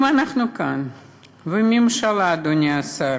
אם אנחנו כאן והממשלה, אדוני השר,